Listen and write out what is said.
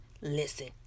Listen